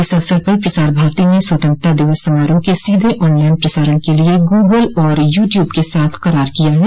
इस अवसर पर प्रसार भारती ने स्वतंत्रता दिवस समारोह के सीध ऑनलाइन प्रसारण के लिए गूगल और यू ट्यूब के साथ करार किया है